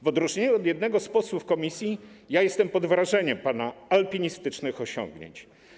W odróżnieniu od jednego z posłów komisji jestem pod wrażeniem pana alpinistycznych osiągnięć.